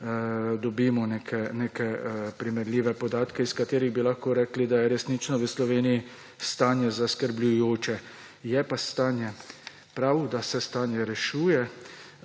dobimo neke primerljive podatke, iz katerih bi lahko rekli, da je resnično v Sloveniji stanje zaskrbljujoče. Je pa prav, da se stanje rešuje.